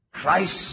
Christ